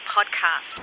Podcast